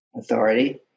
authority